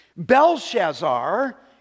Belshazzar